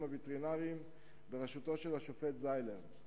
הווטרינריים בראשות השופט זיילר.